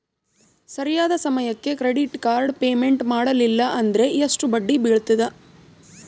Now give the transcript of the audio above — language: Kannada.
ಸರಿಯಾದ ಸಮಯಕ್ಕೆ ಕ್ರೆಡಿಟ್ ಕಾರ್ಡ್ ಪೇಮೆಂಟ್ ಮಾಡಲಿಲ್ಲ ಅಂದ್ರೆ ಎಷ್ಟು ಬಡ್ಡಿ ಬೇಳ್ತದ?